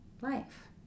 life